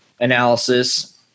analysis